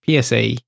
PSA